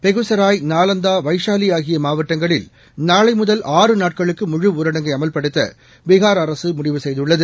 பெகுசராய் நாலந்தா வைஷாலி ஆகிய மாவட்டங்களில் நாளை முதல் முழுஊரடங்கை அமல்படுத்த பீகார் அரசு முடிவு செய்துள்ளது